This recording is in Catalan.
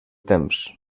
temps